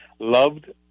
Loved